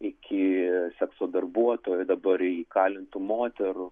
iki sekso darbuotojų dabar įkalintų moterų